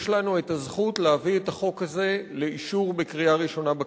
יש לנו הזכות להביא את החוק הזה לאישור בקריאה ראשונה בכנסת.